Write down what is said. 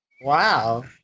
wow